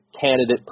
candidate